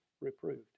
reproved